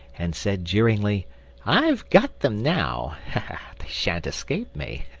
and said jeeringly i've got them now they sha'n't escape me.